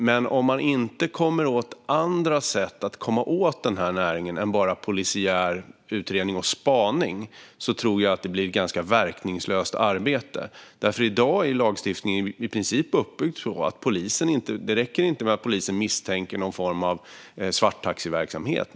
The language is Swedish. Men om man inte har andra sätt att komma åt den här näringen än bara polisiär utredning och spaning tror jag att det blir ett ganska verkningslöst arbete, för i dag är lagstiftningen i princip uppbyggd så att det inte räcker med att polisen misstänker någon form av svarttaxiverksamhet.